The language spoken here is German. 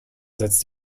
setzt